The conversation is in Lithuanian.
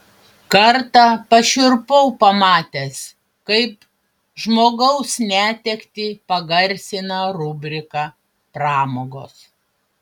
kartą pašiurpau pamatęs kaip žmogaus netektį pagarsina rubrika pramogos